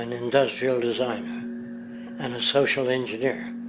and industrial designer and a social engineer.